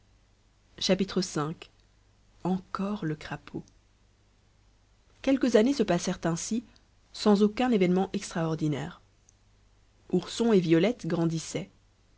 v encore le crapaud quelques années se passèrent ainsi sans aucun événement extraordinaire ourson et violette grandissaient